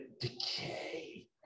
decay